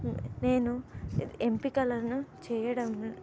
నేను ఎంపికలను చెయ్యడం